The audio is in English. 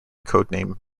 codenamed